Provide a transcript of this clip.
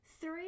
Three